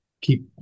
keep